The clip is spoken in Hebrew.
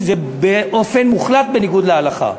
שזה באופן מוחלט בניגוד להלכה.